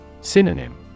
Synonym